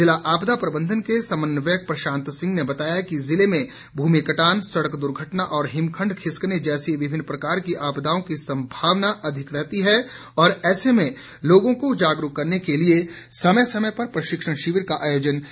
जिला आपदा प्रबंधन के समन्वयक प्रशांत सिंह ने बताया कि जिले में भूमि कटान सड़क दुर्घटना और हिमखण्ड खिस्कने जैसी विभिन्न प्रकार की आपदाओं की सम्मावना अधिक रहती है ऐसे में लोगों को जागरूक करने के लिए समय समय पर प्रशिक्षण शिविर का आयोजन किया जाता है